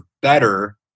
better